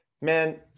man